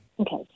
Okay